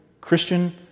Christian